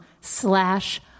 slash